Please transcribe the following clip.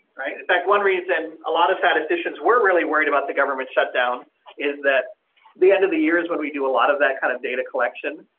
right. in fact, one reason a lot of statisticians were really worried about the government shutdown is that the end of the year is when we do a lot of that kind of data collection.